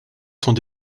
sont